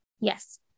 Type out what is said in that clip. Yes